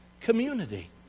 Community